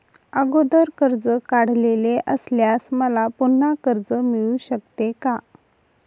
अगोदर कर्ज काढलेले असल्यास मला पुन्हा कर्ज मिळू शकते का?